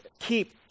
keep